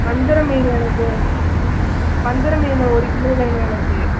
வஞ்சரம் மீன் எனக்கு வஞ்சரம் மீன் ஒரு கிலோ வேணும் எனக்கு